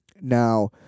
Now